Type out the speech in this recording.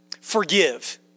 Forgive